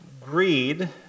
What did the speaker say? Greed